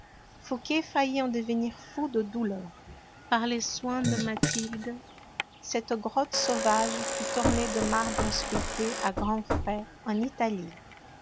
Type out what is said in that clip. fouqué faillit en devenir fou de douleur par les soins de mathilde cette grotte sauvage fut ornée de marbres sculptés à grands frais en italie